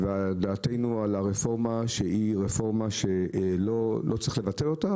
אנחנו חושבים שלא צריך לבטל את הרפורמה,